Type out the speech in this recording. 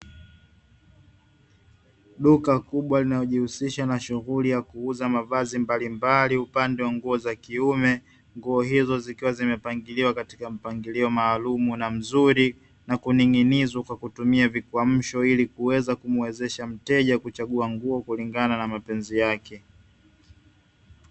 Duka kubwa linalojihusisha na shughuli ya kuuuza mavazi mbalimbali upande wa nguo za kiume, nguo hizo zikiwa zimepangiliwa katika mpangilio maalumu na mzuri na kuning'inizwa kwa kutumia vikwamisho ili kuweza kumuwezesha mteja kuchagua nguo kulingana na mapenzi yake.